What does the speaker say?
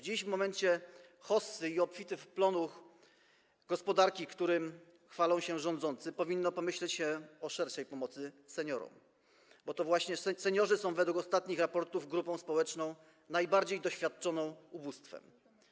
Dziś, w momencie hossy i obfitych plonów gospodarki, którymi chwalą się rządzący, powinno pomyśleć się o szerszej pomocy seniorom, bo to właśnie seniorzy są według ostatnich raportów grupą społeczną, która najbardziej doświadcza ubóstwa.